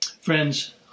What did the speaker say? Friends